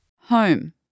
Home